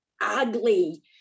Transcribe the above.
ugly